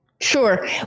Sure